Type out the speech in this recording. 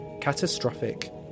catastrophic